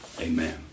Amen